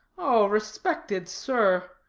oh, respected sir,